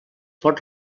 pot